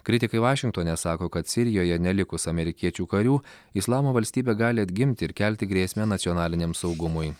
kritikai vašingtone sako kad sirijoje nelikus amerikiečių karių islamo valstybė gali atgimti ir kelti grėsmę nacionaliniam saugumui